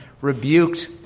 rebuked